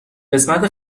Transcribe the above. قسمت